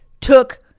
took